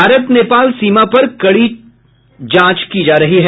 भारत नेपाल सीमा पर कड़ी जांच की जा रही है